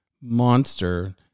monster